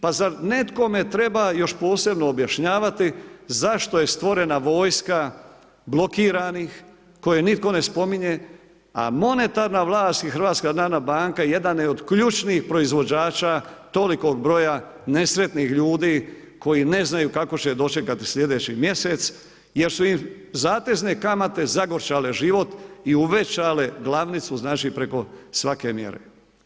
Pa zar nekome treba još posebno objašnjavati zašto je stvorena vojska blokiranih koje nitko ne spominje, a monetarna vlast i HNB jedan je od ključnih proizvođača tolikog broja nesretnih ljudi koji ne znaju kako će dočekati sljedeći mjesec jer su im zatezne kamate zagorčale život i uvećale glavnicu preko svake mjere.